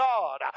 God